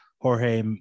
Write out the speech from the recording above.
Jorge